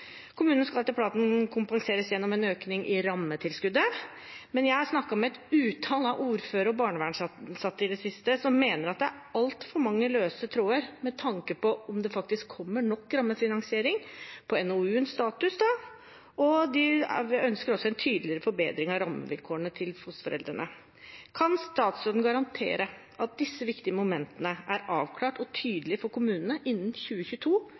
Kommunene skal etter planen kompenseres gjennom en økning i rammetilskuddet, men jeg har i det siste snakket med et utall av ordførere og barnevernsansatte som mener at det er altfor mange løse tråder med tanke på om det faktisk kommer nok rammefinansiering – på NOU-ens status, da. De ønsker også en tydeligere forbedring av rammevilkårene til fosterforeldrene. Kan statsråden garantere at disse viktige momentene er avklart og tydelige for kommunene innen 2022,